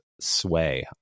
sway